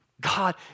God